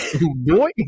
Boy